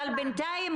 ממש לא רלבנטי.